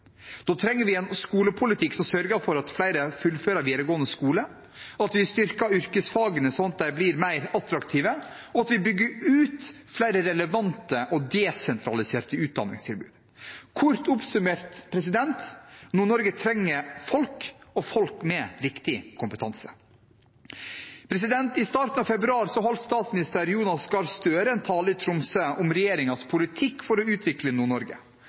Da trenger vi en skolepolitikk som sørger for at flere fullfører videregående skole, at vi styrker yrkesfagene sånn at de blir mer attraktive, og at vi bygger ut flere relevante og desentraliserte utdanningstilbud. Kort oppsummert: Nord-Norge trenger folk – og folk med riktig kompetanse. I starten av februar holdt statsminister Jonas Gahr Støre en tale i Tromsø om regjeringens politikk for å utvikle